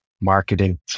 marketing